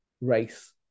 race